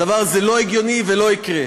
הדבר הזה לא הגיוני ולא יקרה.